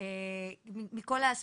חברת